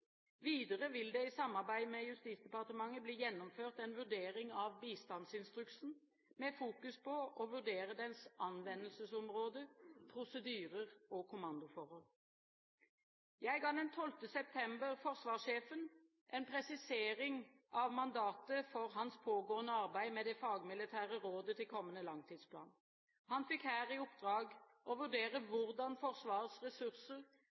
Videre vil det i samarbeid med Justisdepartementet bli gjennomført en vurdering av bistandsinstruksen med fokus på å vurdere dens anvendelsesområde, prosedyrer og kommandoforhold. Jeg ga den 12. september forsvarssjefen en presisering av mandatet for hans pågående arbeid med det fagmilitære rådet til kommende langtidsplan. Han fikk her i oppdrag å vurdere hvordan Forsvarets ressurser